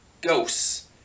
ghosts